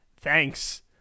thanks